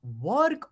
Work